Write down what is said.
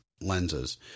lenses